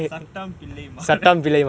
satham pillay manoj